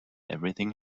everything